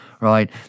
right